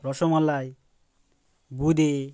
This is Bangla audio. রসমালাই বোঁদে